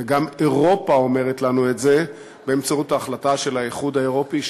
וגם אירופה אומרת לנו את זה באמצעות ההחלטה של האיחוד האירופי,